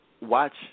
Watch